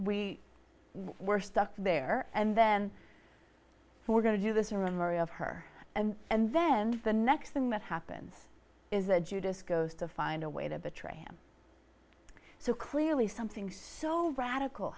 we were stuck there and then we're going to do this in memory of her and and then the next thing that happens is the judas goes to find a way to betray him so clearly something so radical